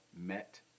met